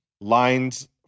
Lines